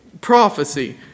prophecy